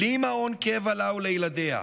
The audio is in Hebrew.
בלי מעון קבע לה ולילדיה.